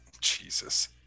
Jesus